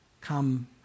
Come